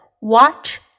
Watch